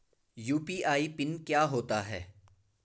UPI PIN क्या होता है?